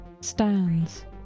Stands